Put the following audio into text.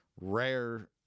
rare